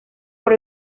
por